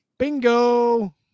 Bingo